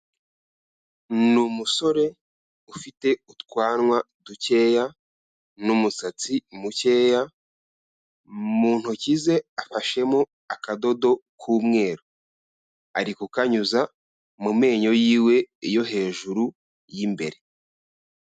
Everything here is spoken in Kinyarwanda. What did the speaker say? Ni umusore ufite utwanwa dukeya n'umusatsi mukeya, mu ntoki ze afashemo akadodo k'umweru. Ari kukanyuza mu menyo yiwe yo hejuru y'imbere.